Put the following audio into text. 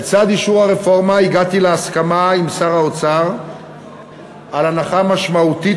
לצד אישור הרפורמה הגעתי להסכמה עם שר האוצר על הנחה משמעותית